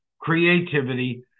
creativity